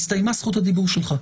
הסתיימה זכות הדיבור שלך.